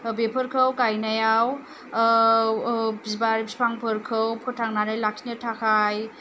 बेफोरखौ गायनायाव बिबार बिफांफोरखौ फोथांनानै लाखिनो थाखाय